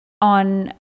on